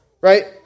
Right